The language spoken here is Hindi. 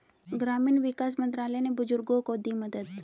ग्रामीण विकास मंत्रालय ने बुजुर्गों को दी मदद